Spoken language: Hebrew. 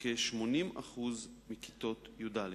ובכ-80% מכיתות י"א.